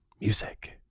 music